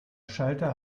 schalter